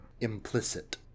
implicit